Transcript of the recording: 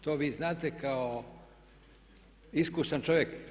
To vi znate kao iskusan čovjek.